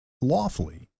lawfully